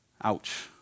Ouch